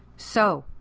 so,